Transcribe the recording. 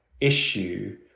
issue